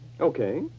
Okay